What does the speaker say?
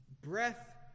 Breath